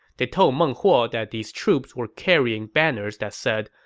they told meng huo that these troops were carrying banners that said,